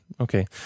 okay